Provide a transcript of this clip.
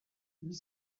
huit